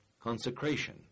consecration